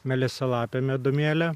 melisalapę medumėlę